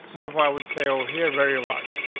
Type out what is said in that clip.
whatever i would say oh, here very large,